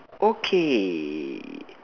okay